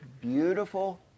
beautiful